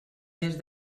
més